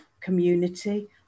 community